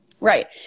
Right